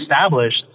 established